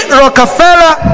rockefeller